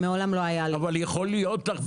מעולם לא היה לי -- יכול היה להיות לך בית.